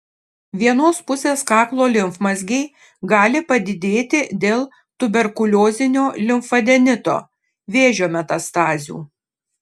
vienos pusės kaklo limfmazgiai gali padidėti dėl tuberkuliozinio limfadenito vėžio metastazių